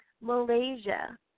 Malaysia